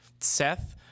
Seth